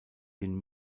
den